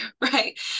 right